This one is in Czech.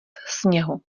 sněhu